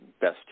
Best